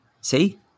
see